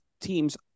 teams